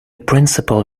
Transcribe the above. principal